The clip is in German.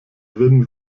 win